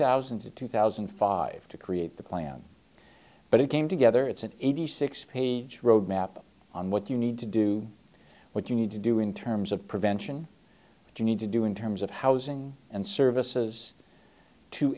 thousand to two thousand and five to create the plan but it came together it's an eighty six page roadmap on what you need to do what you need to do in terms of prevention you need to do in terms of housing and services to